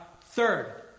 Third